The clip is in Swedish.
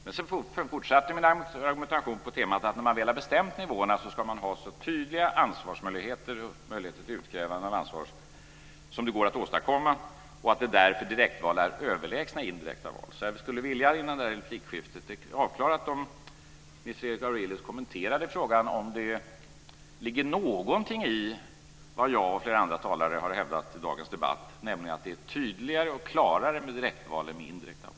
Men sedan fortsatte min argumentation på temat att när man väl har bestämt nivåerna så ska man ha så tydliga ansvarsmöjligheter och möjligheter till utkrävande av ansvar som det går att åstadkomma och att direktval därför är överlägsna indirekta val. Jag skulle därför vilja att Nils Fredrik Aurelius under detta replikskifte kommenterar frågan om det ligger någonting i vad jag och flera andra talare har hävdat i dagens debatt, nämligen att det är tydligare och klarare med direktval än indirekta val.